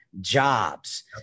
jobs